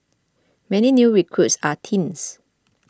many new recruits are teens